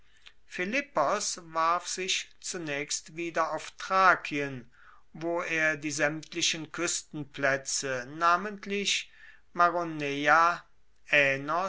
philippos warf sich zunaechst wieder auf thrakien wo er die saemtlichen kuestenplaetze namentlich maroneia